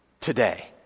today